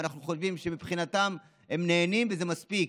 ואנחנו חושבים שמבחינתם הם נהנים וזה מספיק,